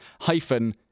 hyphen